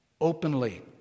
Openly